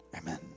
Amen